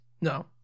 No